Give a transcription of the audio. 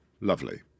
Lovely